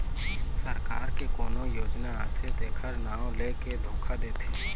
सरकार के कोनो योजना आथे तेखर नांव लेके धोखा देथे